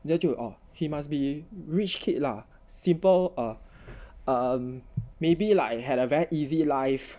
then 就 orh he must be rich kid lah simple uh um maybe like I had a very easy life